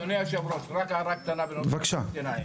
אדוני היושב-ראש, רק הערה קטנה בנוגע לפלסטינים.